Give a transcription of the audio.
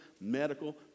medical